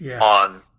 on